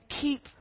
keep